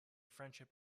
friendship